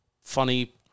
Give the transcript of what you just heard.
funny